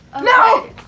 No